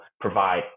provide